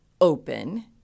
open